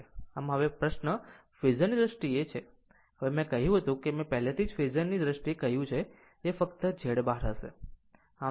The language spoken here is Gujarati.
આમ હવે પ્રશ્ન ફેઝર ની દ્રષ્ટિએ છે હવે મેં કહ્યું હતું કે મેં પહેલેથી જ ફેઝર ની દ્રષ્ટિએ કહ્યું છે તે ફક્ત Z બાર હશે